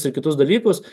ir kitus dalykus